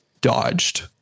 dodged